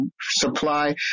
supply